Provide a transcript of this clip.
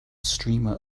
streamer